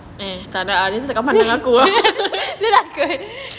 eh dengan aku